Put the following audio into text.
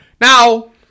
Now